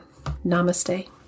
namaste